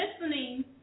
listening